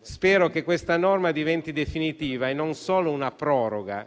spero che questa norma diventi definitiva e non rimanga solo una proroga,